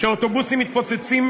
שאוטובוסים מתפוצצים